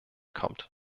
kommt